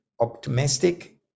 optimistic